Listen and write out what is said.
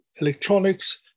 electronics